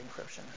encryption